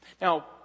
Now